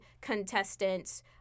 contestants